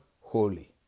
holy